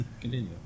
continue